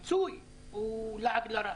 הפיצוי הניתן כרגע הוא בבחינת לעג לרש.